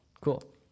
Cool